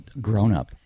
grown-up